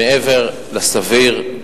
מעבר לסביר,